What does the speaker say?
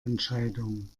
entscheidung